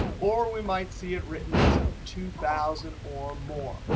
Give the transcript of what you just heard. or we might see it written as two thousand or more.